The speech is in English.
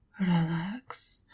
relax.